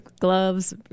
Gloves